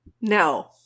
No